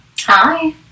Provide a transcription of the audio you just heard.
Hi